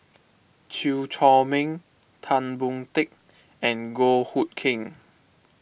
Chew Chor Meng Tan Boon Teik and Goh Hood Keng